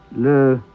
Le